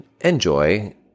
enjoy